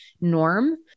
norm